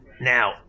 Now